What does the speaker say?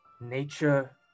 Nature